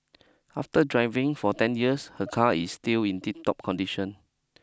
after driving for ten years her car is still in tiptop condition